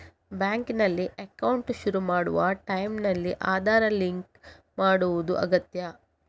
ಬ್ಯಾಂಕಿನಲ್ಲಿ ಅಕೌಂಟ್ ಶುರು ಮಾಡುವ ಟೈಂನಲ್ಲಿ ಆಧಾರ್ ಲಿಂಕ್ ಮಾಡುದು ಅಗತ್ಯ